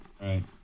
Right